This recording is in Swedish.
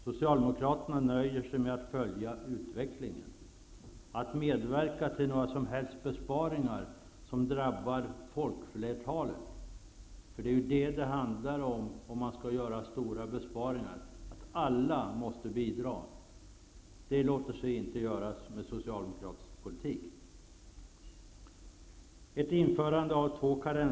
Socialdemokraterna nöjer sig med att följa utvecklingen. Att medverka till några som helst besparingar som drabbar folkflertalet låter sig inte göras med socialdemokratisk politik. Men vad det handlar om när man skall göra stora besparingar är ju att alla måste bidra.